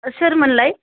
सोरमोनलाय